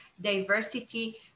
diversity